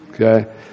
Okay